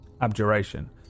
Abjuration